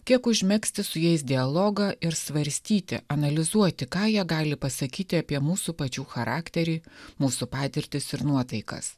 kiek užmegzti su jais dialogą ir svarstyti analizuoti ką jie gali pasakyti apie mūsų pačių charakterį mūsų patirtis ir nuotaikas